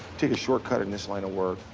take a shortcut in this line of work,